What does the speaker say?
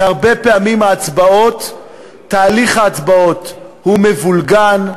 שהרבה פעמים תהליך ההצבעות הוא מבולגן,